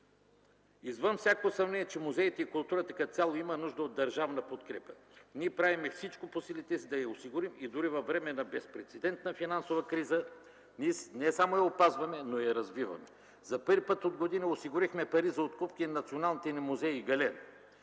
Извън всяко съмнение е, че музеите и културата като цяло имат нужда от държавна подкрепа. Ние правим всичко по силите си, за да я осигурим и дори във време на безпрецедентна финансова криза не само я опазваме, но я развиваме. За първи път от години осигурихме пари за откупки на националните ни музеи и галерии.